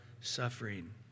suffering